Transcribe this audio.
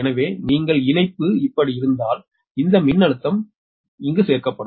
எனவே நீங்கள் இணைப்பு இப்படி இருந்தால் இந்த மின்னழுத்தம் நாங்கள் சேர்க்கப்படும்